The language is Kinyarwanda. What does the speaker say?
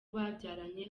babyaranye